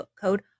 code